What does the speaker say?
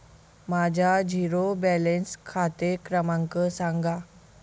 माझा zero balance खाते क्रमांक सांगा